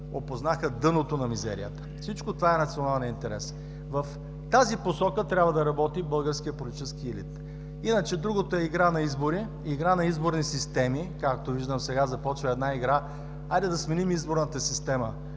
опознаха дъното на мизерията. Всичко това е националният интерес. В тази посока трябва да работи българският политически елит. Другото е игра на избори, игра на изборни системи. Както виждам ,сега започва една игра: хайде да сменим изборната система.